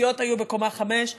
הסיעות היו בקומה החמישית.